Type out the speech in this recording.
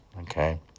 okay